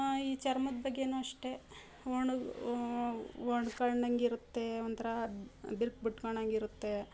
ಈ ಚರ್ಮದ ಬಗ್ಗೆನು ಅಷ್ಟೇ ಒಣುಗಿ ಒಡ್ಕೊಂಡಂಗಿರತ್ತೆ ಒಂಥರ ಬಿರಕು ಬಿಟ್ಕೊಂಡಂಗಿರುತ್ತೆ